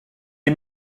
est